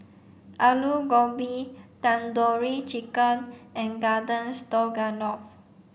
Alu Gobi Tandoori Chicken and Garden Stroganoff